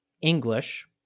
English